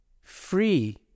Free